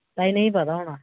तां इनें ई पता होना